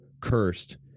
cursed